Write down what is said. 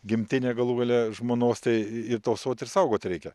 gimtinė galų gale žmonos tai ir tausot ir saugot reikia